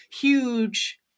huge